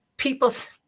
people's